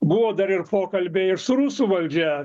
buvo dar ir pokalbiai ir su rusų valdžia